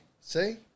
See